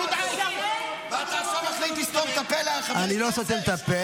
אם אתם רוצים לדעת איך ממשלות מתפרקות